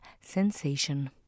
sensation